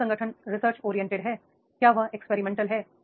क्या संगठन research oriented है क्या यह एक्सपेरिमेंटल है